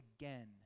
again